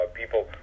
people